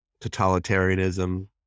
totalitarianism